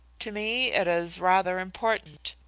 to me it is rather important.